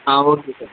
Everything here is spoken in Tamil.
ah okay sir